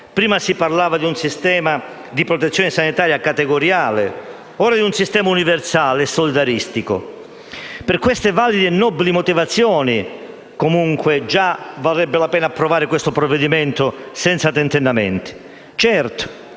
prima si parlava di un sistema di protezione sanitaria categoriale, ora si parla di un sistema universale e solidaristico. Per queste valide e nobili motivazioni, già varrebbe la pena approvare questo provvedimento senza tentennamenti.